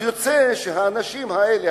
אז יוצא שהאנשים האלה,